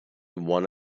one